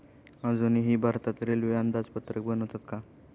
अजूनही भारतात रेल्वे अंदाजपत्रक बनवतात का?